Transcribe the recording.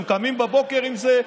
הם קמים בבוקר עם זה,